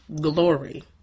glory